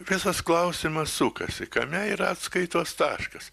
visas klausimas sukasi kame yra atskaitos taškas